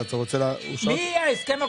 כן.